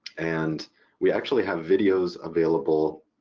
and we actually have videos available